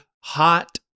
hot